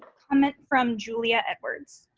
comment from julia edwards.